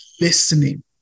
listening